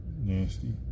nasty